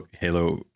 Halo